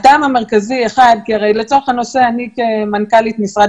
הטעם המרכזי האחד הוא כי הרי לצורך הנושא אני כמנכ"לית משרד,